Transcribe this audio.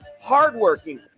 hardworking